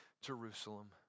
Jerusalem